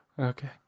okay